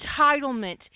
entitlement